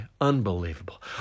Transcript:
Unbelievable